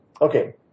Okay